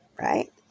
right